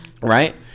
Right